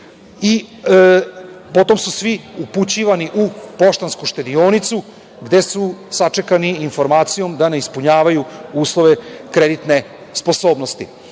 i potom su svi upućivani u Poštansku štedionicu gde su sačekani sa informacijom da ne ispunjavaju uslove kreditne sposobnosti.U